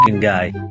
guy